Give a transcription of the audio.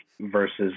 versus